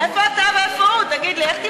איפה הוא ואיפה אתה?